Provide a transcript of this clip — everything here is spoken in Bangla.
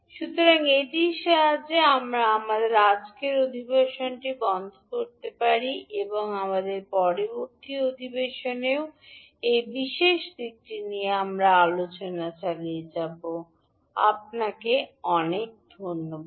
সুতরাং এটির সাহায্যে আমরা আমাদের আজকের অধিবেশনটি বন্ধ করতে পারি এবং আমরা পরবর্তী অধিবেশনেও এই বিশেষ দিকটি নিয়ে আমাদের আলোচনা চালিয়ে যাব আপনাকে ধন্যবাদ